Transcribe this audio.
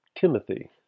Timothy